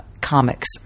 comics